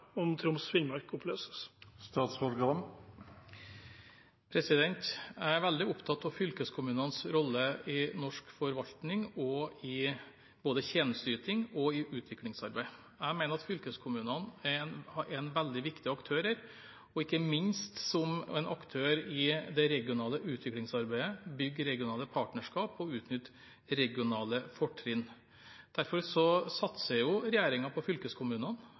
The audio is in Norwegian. om Troms og Finnmark oppløses? Jeg er veldig opptatt av fylkeskommunenes rolle i norsk forvaltning, i både tjenesteyting og utviklingsarbeid. Jeg mener at fylkeskommunene er en veldig viktig aktør her, ikke minst som en aktør i det regionale utviklingsarbeidet ved å bygge regionale partnerskap og utnytte regionale fortrinn. Derfor satser regjeringen på fylkeskommunene